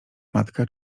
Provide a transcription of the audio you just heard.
matka